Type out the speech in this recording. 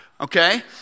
Okay